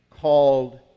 called